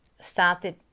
started